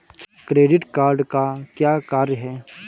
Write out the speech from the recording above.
Credit card का क्या कार्य है?